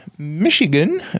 Michigan